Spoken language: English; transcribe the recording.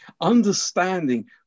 Understanding